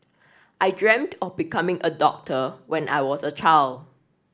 I dreamt of becoming a doctor when I was a child